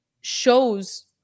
shows